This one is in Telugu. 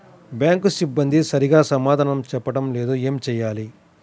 బ్యాంక్ సిబ్బంది సరిగ్గా సమాధానం చెప్పటం లేదు ఏం చెయ్యాలి?